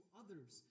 others